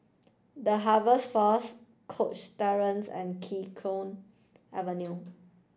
The Harvest Force Cox Terrace and Kee Choe Avenue